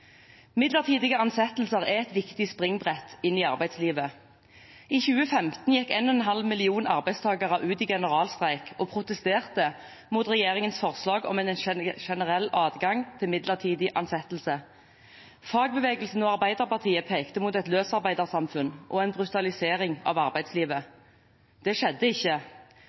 Midlertidige ansettelser er et viktig springbrett inn i arbeidslivet. I 2015 gikk 1,5 millioner arbeidstakere ut i generalstreik og protesterte mot regjeringens forslag om en generell adgang til midlertidig ansettelse. Fagbevegelsen og Arbeiderpartiet pekte mot et løsarbeidersamfunn og en brutalisering av arbeidslivet. Det skjedde ikke.